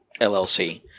LLC